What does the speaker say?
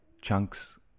chunks